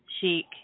Chic